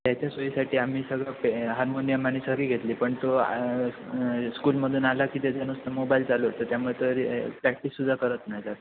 त्याच्या सोयीसाटी आम्ही सगळं पे हार्मोनियम आणि सगळी घेतली पण तो स्कूलमधून आला की त्याच्यानुसं मोबाईल चालू असतं त्यामुळे तरी प्रॅक्टिससुद्धा करत नाही तर